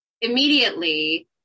immediately